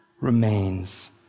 remains